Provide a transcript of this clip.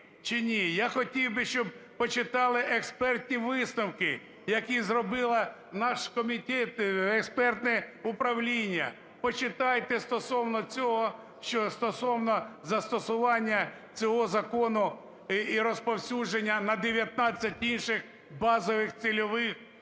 Я хотів би, щоб почитали експертні висновки, які зробили наш комітет і експертне управління. Почитайте стосовно цього, що стосовно застосування цього закону і розповсюдження на 19 інших базових цільових,